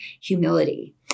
humility